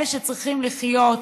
אלה שצריכים לחיות